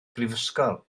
brifysgol